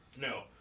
No